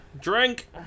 Drink